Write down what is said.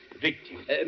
victim